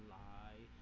lie